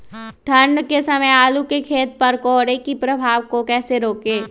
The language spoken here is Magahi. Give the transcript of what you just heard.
ठंढ के समय आलू के खेत पर कोहरे के प्रभाव को कैसे रोके?